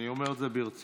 אני אומר את זה ברצינות.